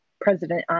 President